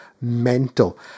mental